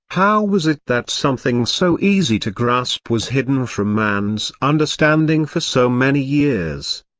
how was it that something so easy to grasp was hidden from man's understanding for so many years?